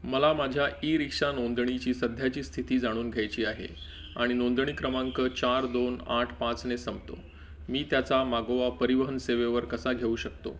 मला माझ्या e rickshaw नोंदणीची सध्याची स्थिती जाणून घ्यायची आहे आणि नोंदणी क्रमांक चार दोन आठ पाचने संपतो मी त्याचा मागोवा परिवहन सेवेवर कसा घेऊ शकतो